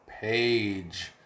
page